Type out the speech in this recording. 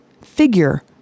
figure